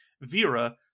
Vera